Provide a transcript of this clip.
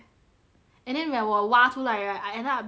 and then we're we're 挖出来 right I ended up behind the mountain